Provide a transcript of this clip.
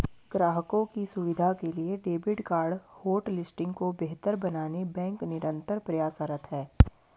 ग्राहकों की सुविधा के लिए डेबिट कार्ड होटलिस्टिंग को बेहतर बनाने बैंक निरंतर प्रयासरत है